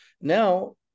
Now